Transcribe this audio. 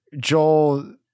Joel